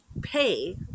pay